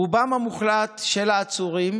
רובם המוחלט של העצורים